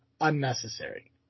unnecessary